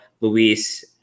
Luis